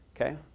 Okay